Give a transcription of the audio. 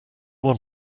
want